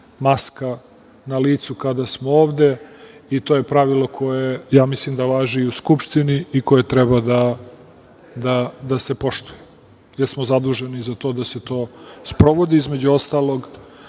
maska na licu kada smo ovde, i to je pravilo koje važi u Skupštini i koje treba da se poštuje, jer smo zaduženi da se to sprovodi. Između ostalog,